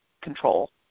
control